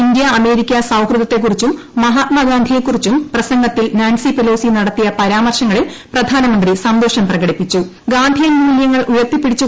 India America സൌഹൃദത്തെക്കുറിച്ചും മഹാത്മാഗാന്ധിയെക്കുറിച്ചും പ്രസംഗത്തിൽ നാൻസി പെലോസി നടത്തിയ പരാമർശങ്ങളിൽപ്പ് പ്രധാനമന്ത്രി സന്തോഷം പ്രകടിപ്പിച്ചു